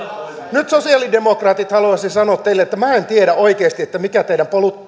nyt sosiaalidemokraatit haluaisin sanoa teille että minä en tiedä oikeasti mikä teidän